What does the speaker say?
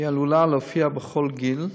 והיא עלולה להופיע בכל גיל,